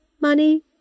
money